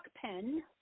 pen